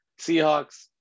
Seahawks